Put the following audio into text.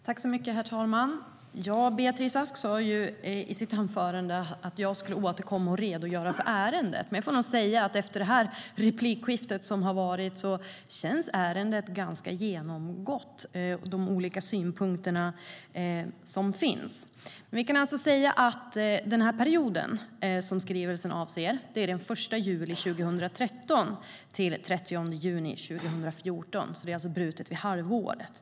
Herr talman! Beatrice Ask sa i sitt anförande att jag skulle återkomma och redogöra för ärendet. Men jag får nog säga att efter föregående replikskifte känns ärendet och de synpunkter som finns genomlysta. Den period som skrivelsen avser är från den 1 juli 2013 till den 30 juni 2014, det vill säga brutet år.